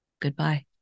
goodbye